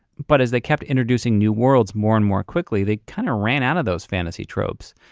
but as they kept introducing new worlds more and more quickly, they kind of ran out of those fantasy tropes.